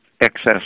excess